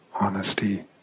honesty